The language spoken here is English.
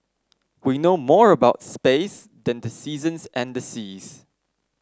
we know more about space than the seasons and the seas